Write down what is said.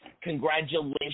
congratulations